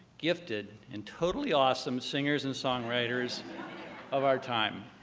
gifted, and totally awesome singers and songwriters of our. time